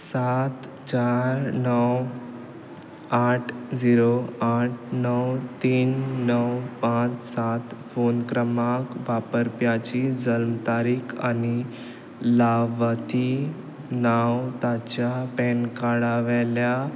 सात चार णव आट झिरो आट णव तीन णव पांच सात फोन क्रमांक वापरप्याची जल्म तारीक आनी लावती नांव ताच्या पॅन कार्डा वेल्यान